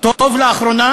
טוב לאחרונה,